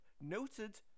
noted